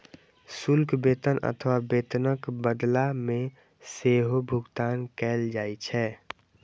शुल्क वेतन अथवा वेतनक बदला मे सेहो भुगतान कैल जाइ छै